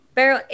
Pero